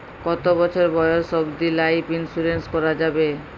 কতো বছর বয়স অব্দি লাইফ ইন্সুরেন্স করানো যাবে?